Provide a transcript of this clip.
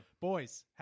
Boys